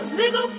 nigga